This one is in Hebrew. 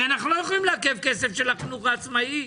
הרי אנחנו לא יכולים לעכב כסף של החינוך העצמאי,